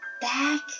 back